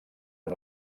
amb